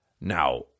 Now